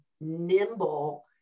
nimble